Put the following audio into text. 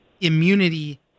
immunity